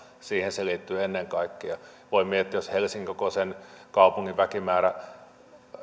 siihen se liittyy ennen kaikkea voi miettiä että jos helsingin kokoisen kaupungin väkimäärä